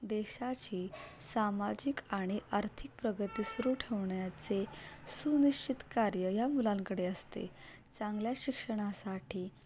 देशाची सामाजिक आणि आर्थिक प्रगती सुरू ठेवण्याचे सुनिश्चित कार्य या मुलांकडे असते चांगल्या शिक्षणासाठी